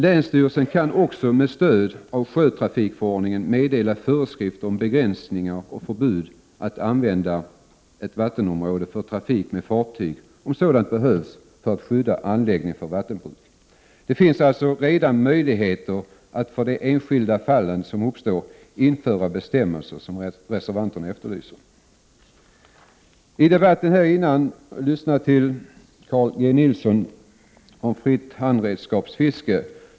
Länsstyrelsen kan också med stöd av sjötrafikförordningen meddela föreskrifter om begränsningar och förbud att använda ett vattenområde för trafik med fartyg om sådant behövs för att skydda anläggning för vattenbruk. Det finns alltså redan möjlighet att i enskilda fall införa sådana bestämmelser som reservanterna efterlyser. Tidigare i debatten talade Carl G Nilsson om handredskapsfiske.